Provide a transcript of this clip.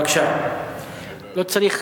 אדוני היושב-ראש,